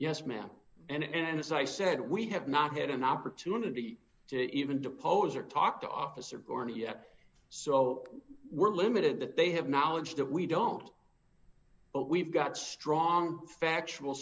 yes ma'am and as i said we have not had an opportunity to even depose or talk to officer born yet so we're limited that they have knowledge that we don't but we've got strong factual